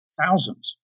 thousands